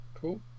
Cool